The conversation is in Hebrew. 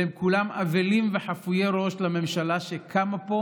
והם כולם אבלים וחפויי ראש על הממשלה שקמה פה.